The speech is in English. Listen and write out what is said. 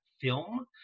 film